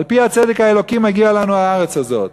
על-פי הצדק האלוקי מגיעה לנו הארץ הזאת,